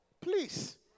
Please